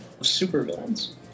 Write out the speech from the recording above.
supervillains